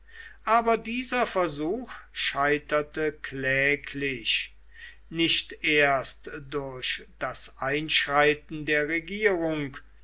aber dieser versuch scheiterte kläglich nicht erst durch das einschreiten der regierung